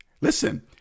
Listen